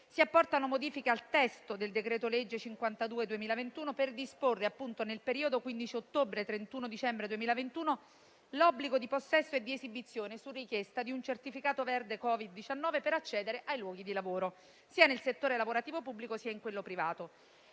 si apportano modifiche al testo del decreto-legge n. 52 del 2021, per disporre, nel periodo dal 15 ottobre al 31 dicembre 2021, l'obbligo di possesso e di esibizione, su richiesta, di un certificato verde Covid-19 per accedere ai luoghi di lavoro, sia nel settore lavorativo pubblico, sia in quello privato.